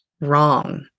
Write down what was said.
wrong